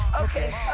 Okay